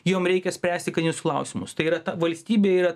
jom reikia spręsti karinius klausimus tai yra ta valstybė yra